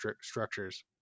structures